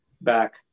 back